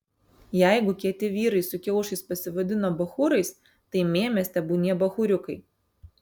jeigu kieti vyrai su kiaušais pasivadino bachūrais tai mėmės tebūnie bachūriukai